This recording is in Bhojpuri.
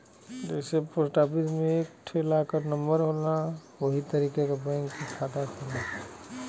जइसे पोस्ट आफिस मे एक ठे लाकर नम्बर होला वही तरीके से बैंक के खाता होला